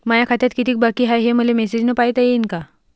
माया खात्यात कितीक बाकी हाय, हे मले मेसेजन पायता येईन का?